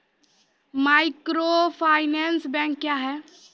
Microfinance bank क्या हैं?